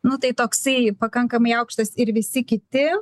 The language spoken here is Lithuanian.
nu tai toksai pakankamai aukštas ir visi kiti